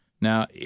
Now